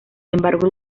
embargo